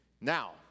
Now